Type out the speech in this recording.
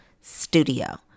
studio